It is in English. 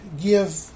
give